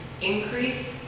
increase